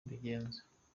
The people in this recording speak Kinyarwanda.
mbigenza